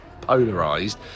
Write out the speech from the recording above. polarized